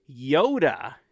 yoda